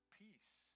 peace